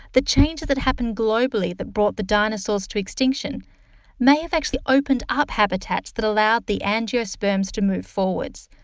the changes that happened globally that brought the dinosaurs to extinction may have actually opened up habitats that allowed the angiosperms to move forwards.